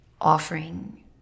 offering